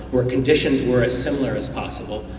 where conditions were as similar as possible,